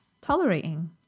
tolerating